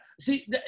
see